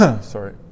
Sorry